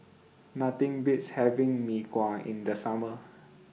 Nothing Beats having Mee Kuah in The Summer